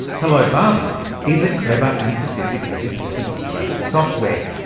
hello barbie is a clever and sophisticated piece of interactive software,